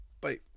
Bye